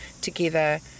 together